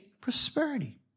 prosperity